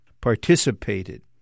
participated